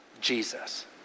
Jesus